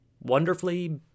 wonderfully